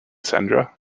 sandra